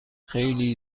خیلی